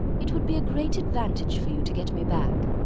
it would be a great advantage for you to get me back.